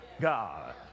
God